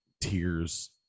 tears